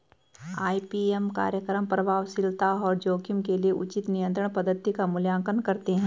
IPM कार्यक्रम प्रभावशीलता और जोखिम के लिए उचित नियंत्रण पद्धति का मूल्यांकन करते हैं